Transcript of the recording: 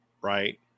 right